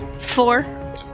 Four